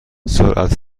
سرعت